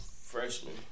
Freshman